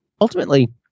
Ultimately